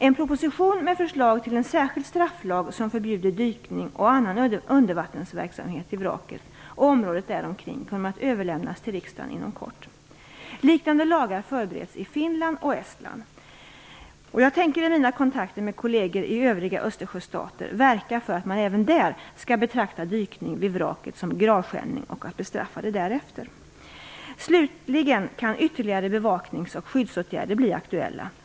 En proposition med förslag till en särskild strafflag som förbjuder dykning och annan undervattensverksamhet i vraket och området däromkring kommer att avlämnas till riksdagen inom kort. Liknande lagar förbereds i Finland och Estland. Jag tänker i mina kontakter med kolleger i övriga Östersjöstater verka för att man även där skall betrakta dykning vid vraket som gravskändning och bestraffa det därefter. Slutligen kan ytterligare bevaknings och skyddsåtgärder bli aktuella.